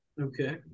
okay